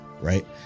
right